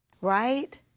Right